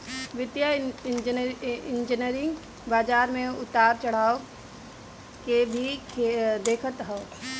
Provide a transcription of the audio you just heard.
वित्तीय इंजनियरिंग बाजार में उतार चढ़ाव के भी देखत हअ